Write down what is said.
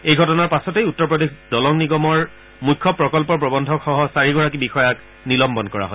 এই ঘটনাৰ পাছতেই উত্তৰ প্ৰদেশ দলং নিগমৰ মুখ্য প্ৰকল্প প্ৰবন্ধকসহ চাৰিগৰাকী বিষয়াক নিলম্বন কৰা হয়